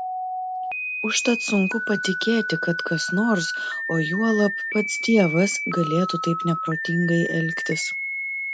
užtat sunku patikėti kad kas nors o juolab pats dievas galėtų taip neprotingai elgtis